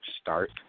start